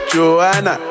Joanna